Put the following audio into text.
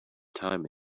time